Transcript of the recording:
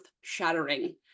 shattering